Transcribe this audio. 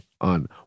on